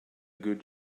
good